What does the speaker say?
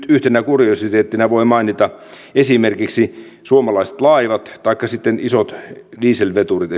yhtenä kuriositeettina voi mainita esimerkiksi suomalaiset laivat taikka sitten isot dieselveturit